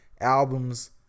albums